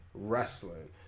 Wrestling